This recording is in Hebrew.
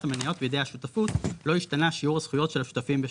המניות בידי השותפות לא השתנה שיעור הזכויות של השותפים בשותפות,